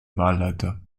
wahlleiter